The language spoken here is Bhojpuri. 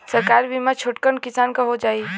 सरकारी बीमा छोटकन किसान क हो जाई?